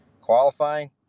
qualifying